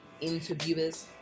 interviewers